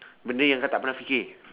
benda yang kau tak pernah fikir